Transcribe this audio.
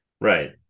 right